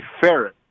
ferret